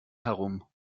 herum